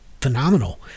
phenomenal